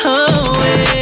away